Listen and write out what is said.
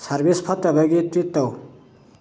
service ꯐꯠꯇꯕꯒꯤ treat ꯇꯧ